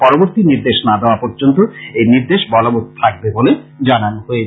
পরবর্তী নির্দেশ না দেওয়া পর্যন্ত এই নির্দেশ বলবৎ থাকবে বলে জানানো হয়েছে